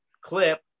clip